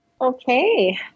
Okay